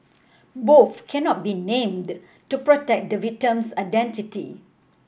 both cannot be named to protect the victim's identity